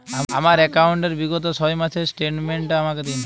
আমার অ্যাকাউন্ট র বিগত ছয় মাসের স্টেটমেন্ট টা আমাকে দিন?